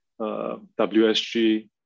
WSG